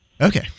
Okay